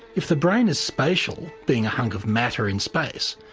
if the brain is spatial, being a hunk of matter in space,